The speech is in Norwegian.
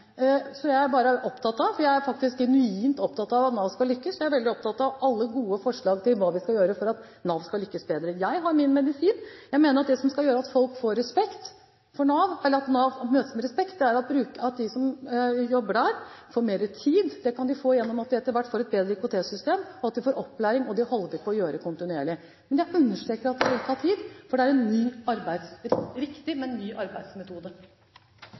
jeg er opptatt av – for jeg er faktisk genuint opptatt av at Nav skal lykkes – å høre alle gode forslag til hva vi skal gjøre for at Nav skal kunne lykkes bedre. Jeg har min medisin. Jeg mener at det som skal til for at Nav møtes med respekt, er at de som jobber der, får mer tid – det kan de få ved at vi etter hvert får et bedre IKT-system – og opplæring, og det holder vi på med kontinuerlig. Men jeg understreker at det vil ta tid, for det er en riktig, men ny arbeidsmetode.